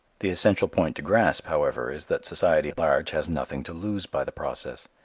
the essential point to grasp, however, is that society at large has nothing to lose by the process.